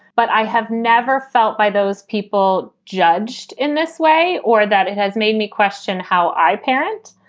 but i have never felt by those people judged in this way or that it has made me question how i parent.